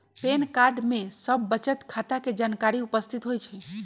pan card में सभ बचत खता के जानकारी उपस्थित होइ छइ